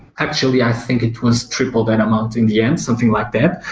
actually, i think it was triple that amount in the end, something like that.